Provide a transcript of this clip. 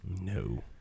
No